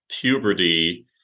puberty